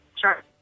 sure